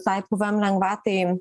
tai pvm lengvatai